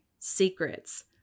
Secrets